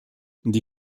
die